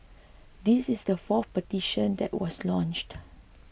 this is the fourth petition that was launched